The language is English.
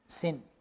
sin